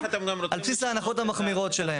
על בסיס ההנחות המחמירות שלהם.